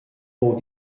buca